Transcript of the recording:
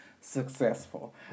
successful